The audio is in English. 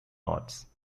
arts